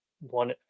one